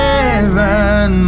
Heaven